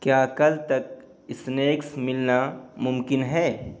کیا کل تک اسنیکس ملنا ممکن ہے